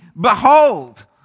behold